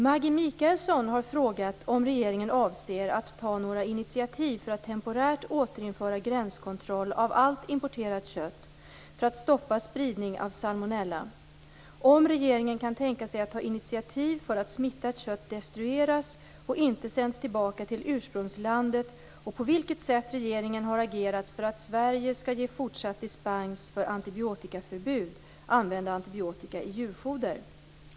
Maggi Mikaelsson har frågat om regeringen avser att ta några initiativ för att temporärt återinföra gränskontroll av allt importerat kött för att stoppa spridning av salmonella, om regeringen kan tänka sig att ta initiativ för att smittat kött destrueras och inte sänds tillbaka till ursprpungslandet och på vilket sätt regeringen har agerat för att Sverige skall ge fortsatt dispens för antibiotikaförbud, använda antibiotika i djurfoder.